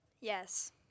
Yes